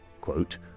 quote